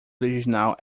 original